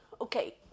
okay